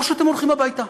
או שאתם הולכים הביתה.